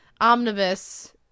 omnibus